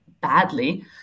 badly